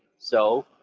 so,